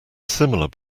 similar